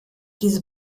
diese